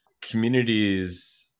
communities